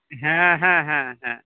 ᱦᱮᱸ ᱦᱮᱸ ᱦᱮᱸ ᱦᱮᱸ